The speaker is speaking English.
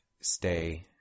stay